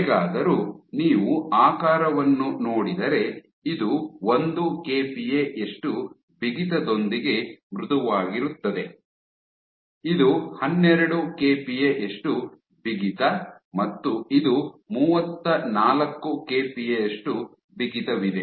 ಹೇಗಾದರೂ ನೀವು ಆಕಾರವನ್ನು ನೋಡಿದರೆ ಇದು ಒಂದು ಕೆಪಿಎ ಯಷ್ಟು ಬಿಗಿತದೊಂದಿಗೆ ಮೃದುವಾಗಿರುತ್ತದೆ ಇದು ಹನ್ನೆರಡು ಕೆಪಿಎ ಯಷ್ಟು ಬಿಗಿತ ಮತ್ತು ಇದು ಮೂವತ್ತನಾಲ್ಕು ಕೆಪಿಎ ಯಷ್ಟು ಬಿಗಿತವಿದೆ